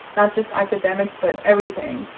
not just academics, but everything.